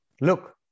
look